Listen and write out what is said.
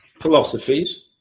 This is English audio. philosophies